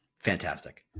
Fantastic